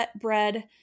bread